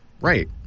Right